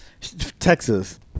Texas